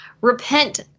repent